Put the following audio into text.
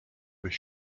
was